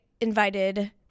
invited